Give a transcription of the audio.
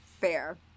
Fair